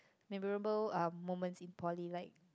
memorable uh moments in poly like